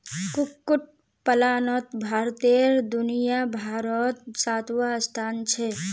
कुक्कुट पलानोत भारतेर दुनियाभारोत सातवाँ स्थान छे